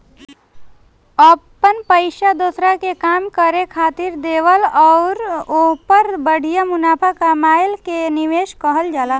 अपन पइसा दोसरा के काम करे खातिर देवल अउर ओहपर बढ़िया मुनाफा कमएला के निवेस कहल जाला